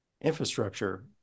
infrastructure